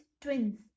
twins